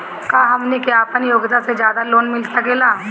का हमनी के आपन योग्यता से ज्यादा लोन मिल सकेला?